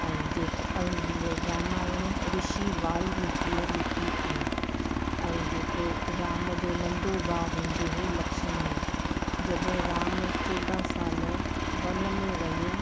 ऐं जेको ऐं हीअ रामायण ऋषि वाल्मीकिअ लिखी आहे ऐं जेको राम जो नंढो भाउ हूंदो हो लक्ष्मण जॾहिं राम चोॾहं साल वन में वियो